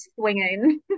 swinging